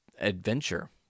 adventure